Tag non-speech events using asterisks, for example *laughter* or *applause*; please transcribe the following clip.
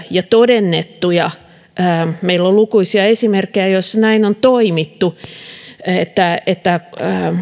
*unintelligible* ja todennettuja meillä on lukuisia esimerkkejä joissa niin on toimittu että että